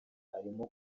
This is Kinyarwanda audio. harimo